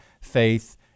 faith